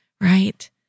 right